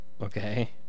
Okay